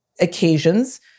occasions